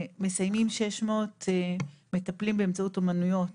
מסיימים 600 מטפלים באמצעות אמנויות